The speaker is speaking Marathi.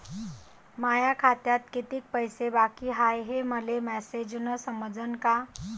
माया खात्यात कितीक पैसे बाकी हाय हे मले मॅसेजन समजनं का?